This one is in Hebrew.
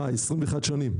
21 שנים?